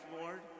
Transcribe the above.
Lord